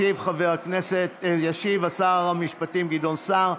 ישיב שר המשפטים גדעון סער.